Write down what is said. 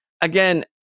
again